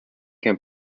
can